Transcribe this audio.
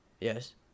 Yes